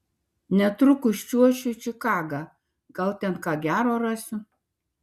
netrukus čiuošiu į čikagą gal ten ką gero rasiu